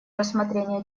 рассмотрение